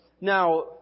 Now